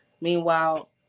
meanwhile